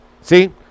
See